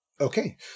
Okay